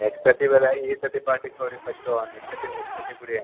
next ಸರ್ತಿ ಬೇಡ ಈ ಸರ್ತಿ ಪಾರ್ಟಿ ಕೊಡಿ ಫಷ್ಟು ನೆಕ್ಸ್ಟ್ ಸತಿದು ನೆಕ್ಸ್ಟ್ ಸರ್ತಿ ಬಿಡಿ